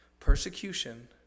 Persecution